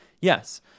Yes